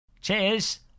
Cheers